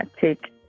take